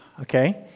okay